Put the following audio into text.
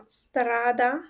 strada